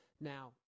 Now